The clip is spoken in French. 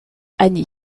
année